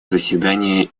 заседание